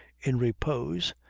in repose,